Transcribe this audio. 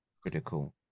critical